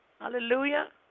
Hallelujah